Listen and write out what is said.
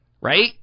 Right